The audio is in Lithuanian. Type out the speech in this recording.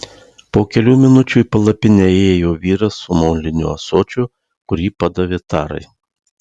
po kelių minučių į palapinę įėjo vyras su moliniu ąsočiu kurį padavė tarai